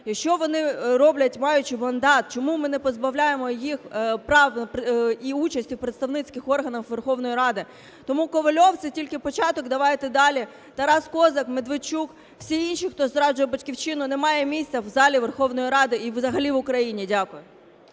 що вони роблять, маючи мандат, чому ми не позбавляємо їх прав і участі у представницьких органах Верховної Ради. Тому Ковальов – це тільки початок. Давайте далі: Тарас Козак, Медведчук, всі інші, хто зраджує Батьківщину, немає місця в залі Верховної Ради і взагалі в Україні. Дякую.